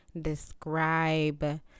Describe